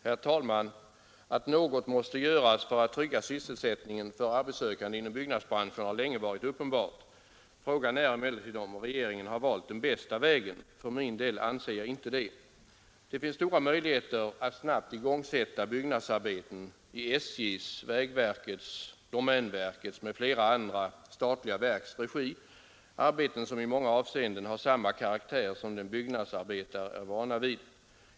Herr talman! Att något måste göras för att trygga sysselsättningen för arbetssökande inom byggnadsbranschen har länge varit uppenbart. Frågan är emellertid om regeringen har valt den bästa vägen. För min del anser jag inte det. Det finns stora möjligheter att snabbt igångsätta byggnadsarbeten i SJ:s, vägverkets, domänverkets och flera andra statliga verks regi — arbeten som i många avseenden har samma karaktär som den byggnadsarbetare är vana vid.